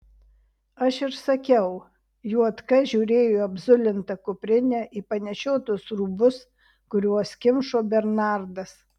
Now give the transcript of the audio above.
aš ir sakiau juodka žiūrėjo į apzulintą kuprinę į panešiotus rūbus kuriuos kimšo bernardas